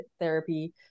therapy